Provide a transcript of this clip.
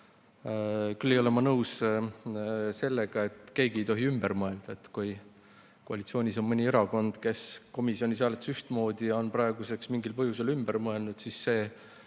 Küll aga ei ole ma nõus sellega, et keegi ei tohi ümber mõelda. Kui koalitsioonis on mõni erakond, kes komisjonis hääletas ühtmoodi, aga on praeguseks mingil põhjusel ümber mõelnud, siis see